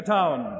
Town